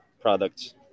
products